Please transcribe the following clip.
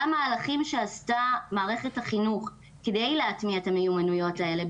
גם מהלכים שעשתה מערכת החינוך כדי להטמיע את המיומנויות האלה,